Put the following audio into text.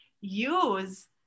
use